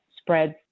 spreads